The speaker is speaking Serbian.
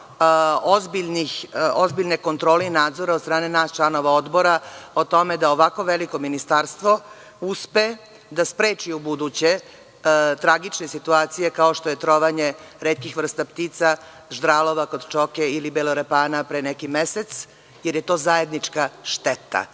ozbiljne kontrole i nadzora od strane nas članova odbora o tome da ovako veliko ministarstvo uspe da spreči ubuduće tragične situacije, kao što je trovanje retkih vrsta ptica, ždralova kod Čoke ili belorepana pre neki mesec, jer je to zajednička šteta.